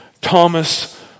Thomas